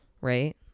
right